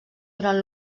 durant